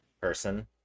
Person